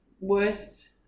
worst